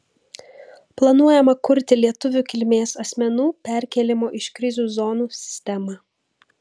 planuojama kurti lietuvių kilmės asmenų perkėlimo iš krizių zonų sistemą